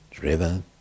river